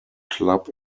club